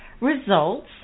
results